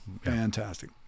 fantastic